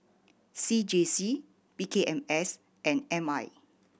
C J C P K M S and M I